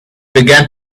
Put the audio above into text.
began